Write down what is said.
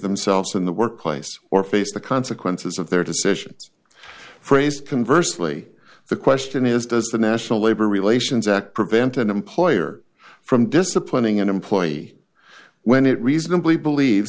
themselves in the workplace or face the consequences of their decisions phrased converse lee the question is does the national labor relations act prevent an employer from disciplining an employee when it reasonably believe